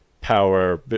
power